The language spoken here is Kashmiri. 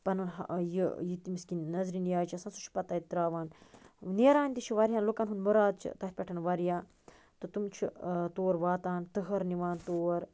پنُن ہا یہِ یہِ تٔمِس کِیٚنٛہہ نظرِ نِیاز چھِ آسان سُہ چھُ پتہٕ تَتہِ ترٛاوان نیران تہِ چھُ واریاہن لُکن ہُنٛد مُراد چھُ تَتھ پٮ۪ٹھ واریاہ تہٕ تٕم چھِ تور واتان تٔہَر نِوان تور